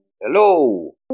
Hello